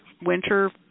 winter